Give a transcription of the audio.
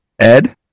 Ed